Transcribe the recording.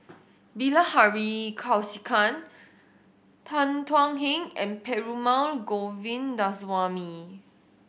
Bilahari Kausikan Tan Thuan Heng and Perumal Govindaswamy